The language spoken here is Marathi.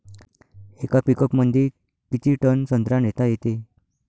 येका पिकअपमंदी किती टन संत्रा नेता येते?